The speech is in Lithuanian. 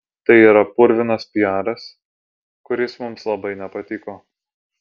tai yra purvinas piaras kuris mums labai nepatiko